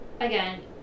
again